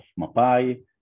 Mapai